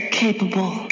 capable